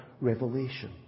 revelation